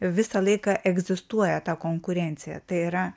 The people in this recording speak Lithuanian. visą laiką egzistuoja ta konkurencija tai yra